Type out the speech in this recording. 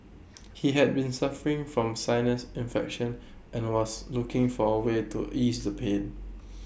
he had been suffering from sinus infection and was looking for A way to ease the pain